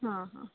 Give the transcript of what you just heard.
ಹಾಂ ಹಾಂ